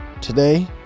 today